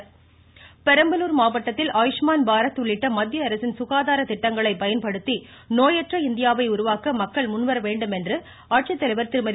இருவரி பெரம்பலூர் மாவட்டத்தில் ஆயுஷ்மான் பாரத் உள்ளிட்ட மத்திய அரசின் சுகாதார திட்டங்களை பயன்படுத்தி நோயற்ற இந்தியாவை உருவாக்க மக்கள் முன்வர வேண்டும் என்று ஆட்சித்தலைவர் திருமதி